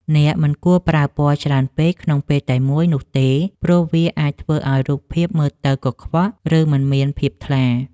អ្នកមិនគួរប្រើពណ៌ច្រើនពេកក្នុងពេលតែមួយនោះទេព្រោះវាអាចធ្វើឱ្យរូបភាពមើលទៅកខ្វក់ ឬ មិនមានភាពថ្លា។